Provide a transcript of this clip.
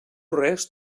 res